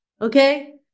Okay